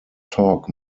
talk